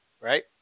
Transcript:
Right